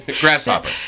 Grasshopper